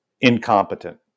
incompetent